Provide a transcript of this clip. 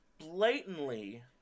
blatantly